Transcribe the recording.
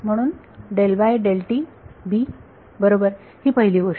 म्हणून बरोबर ही पहिली गोष्ट आहे